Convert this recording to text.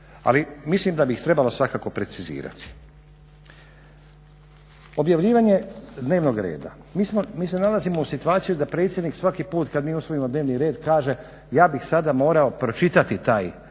Ali mislim da bi ih trebalo svakako precizirati. Objavljivanje dnevnog reda. Mi se nalazimo u situaciji da predsjednik svaki put kad mi usvojimo dnevni red kaže ja bih sada morao pročitati taj usvojeni